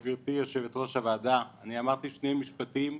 גברתי יושבת ראש הוועדה, אני אמרתי שני משפטים,